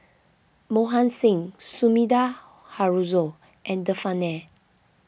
Mohan Singh Sumida Haruzo and Devan Nair